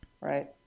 right